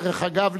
דרך אגב,